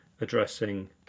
addressing